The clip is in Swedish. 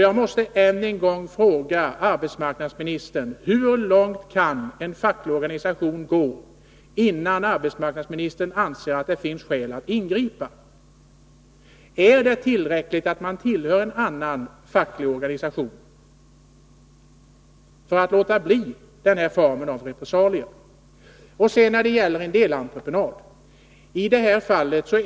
Jag måste än en gång fråga arbetsmarknadsministern: Hur långt kan en facklig organisation gå, innan arbetsmarknadsministern anser att det finns skäl att ingripa? Är det tillräckligt att man tillhör annan facklig organisation för att de skall låta bli den här formen av repressalier? När det gäller delentreprenad vill jag säga följande.